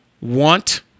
want